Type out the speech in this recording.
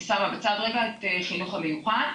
אני שמה בצד רגע את החינוך המיוחד,